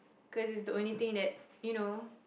cause it's the only thing that you know